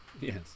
Yes